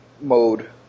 mode